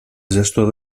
gestor